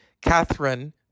Catherine